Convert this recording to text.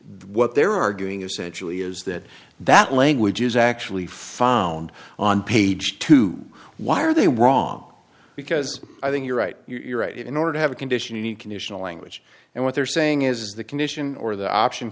what they're arguing essentially is that that language is actually fall and on page two why are they wrong because i think you're right you're right in order to have a condition in the conditional language and what they're saying is the condition or the option